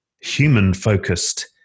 human-focused